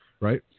right